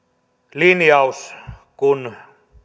linjaus kun